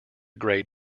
grade